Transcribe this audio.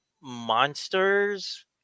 Monsters